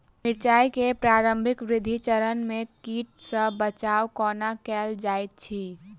मिर्चाय केँ प्रारंभिक वृद्धि चरण मे कीट सँ बचाब कोना कैल जाइत अछि?